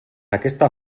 aquesta